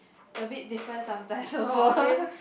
a bit different sometimes also